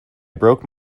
broke